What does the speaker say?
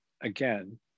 again